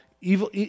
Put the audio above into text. Evil